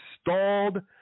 stalled